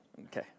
Okay